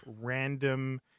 random